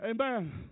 Amen